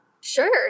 Sure